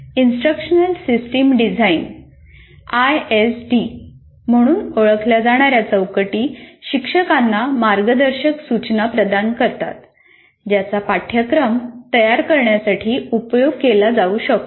instructional system design म्हणून ओळखल्या जाणार्या चौकटी शिक्षकांना मार्गदर्शक सूचना प्रदान करतात ज्याचा पाठ्यक्रम तयार करण्यासाठी उपयोग केला जाऊ शकतो